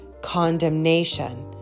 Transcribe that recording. condemnation